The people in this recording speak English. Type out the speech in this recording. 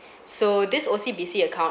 so this O_C_B_C account